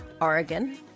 Oregon